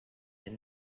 and